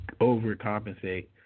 overcompensate